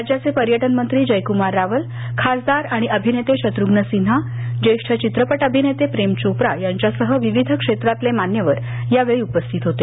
राज्याचे पर्यटन मंत्री जयक्मार रावळ खासदार आणि अभिनेते शत्रुघ्न सिन्हा ज्येष्ठ चित्रपट अभिनेते प्रेम चोप्रा यांच्यासह विविध क्षेत्रातले मान्यवर यावेळी उपस्थित होते